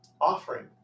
offering